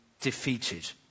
defeated